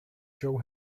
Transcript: joe